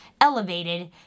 elevated